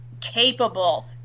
capable